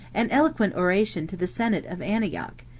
an eloquent oration to the senate of antioch,